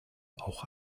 auch